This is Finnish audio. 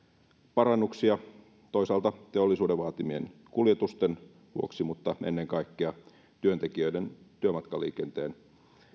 parannuksia toisaalta teollisuuden vaatimien kuljetusten vuoksi mutta ennen kaikkea myöskin työntekijöiden työmatkaliikenteen